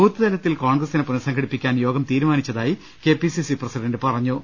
booth തലത്തിൽ കോൺഗ്രസിനെ പുനഃസംഘടിപ്പി ക്കാൻ യോഗം തീരുമാനിച്ചതായി K P C C president പറഞ്ഞു